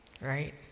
right